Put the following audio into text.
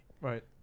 Right